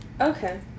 Okay